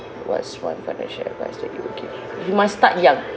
what's one financial advice that you'll give you must start young